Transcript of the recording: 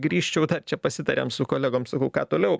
grįžčiau dar čia pasitarėm su kolegom sakau ką toliau